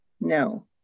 No